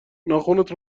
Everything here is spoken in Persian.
ناخنت